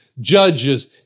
judges